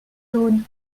jaunes